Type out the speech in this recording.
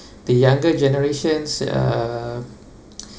the younger generations uh